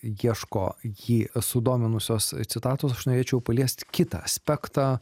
ieško jį sudominusios citatos aš norėčiau paliest kitą aspektą